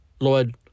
Lord